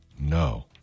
No